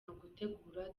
ugutegura